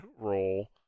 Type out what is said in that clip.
role